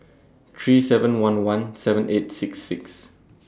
three seven one one seven eight six six